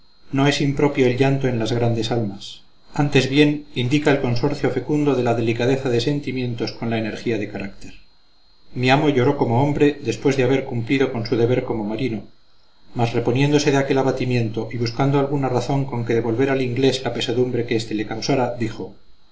no es impropio el llanto en las grandes almas antes bien indica el consorcio fecundo de la delicadeza de sentimientos con la energía de carácter mi amo lloró como hombre después de haber cumplido con su deber como marino mas reponiéndose de aquel abatimiento y buscando alguna razón con que devolver al inglés la pesadumbre que este le causara dijo